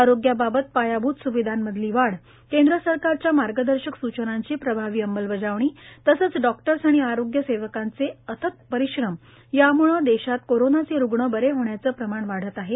आरोग्याबाबत पायाभुत सुविधांमधली वाढ केंद्र सरकारच्या मार्गदर्शक सुचनांची प्रभावी अंमलबजावणी तसंच डॉक्टर्स आणि आरोग्य सेवकांचे अथक परिश्रम यामुळे देशात कोरोनाचे रुग्ण बरे होण्याचं प्रमाण वाढत आहे